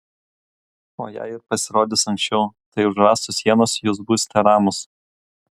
o jei ir pasirodys anksčiau tai už rąstų sienos jūs būsite ramūs